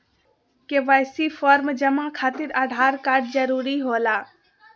KYC form जमा खातिर Aadhaar card जरूरी होला?